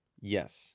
Yes